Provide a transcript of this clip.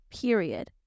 Period